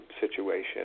situation